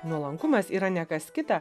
nuolankumas yra ne kas kita